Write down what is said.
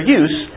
use